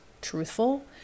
truthful